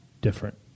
different